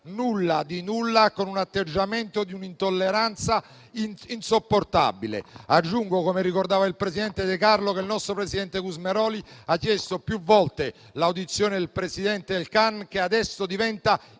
stato risposto, con un atteggiamento di un'intolleranza insopportabile. Aggiungo, come ricordava il presidente De Carlo, che il nostro presidente Gusmeroli ha chiesto più volte l'audizione del presidente Elkann, che adesso diventa indispensabile